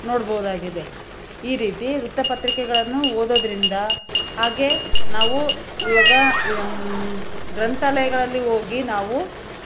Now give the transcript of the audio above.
ನೋಡ್ಬೋದಾಗಿದೆ ಈ ರೀತಿ ವೃತ್ತಪತ್ರಿಕೆಗಳನ್ನು ಓದೋದರಿಂದ ಹಾಗೇ ನಾವು ಇವಾಗ ಗ್ರಂಥಾಲಯಗಳಲ್ಲಿ ಹೋಗಿ ನಾವು